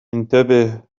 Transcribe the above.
انتبه